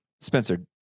Spencer